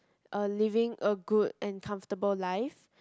uh living a good and comfortable life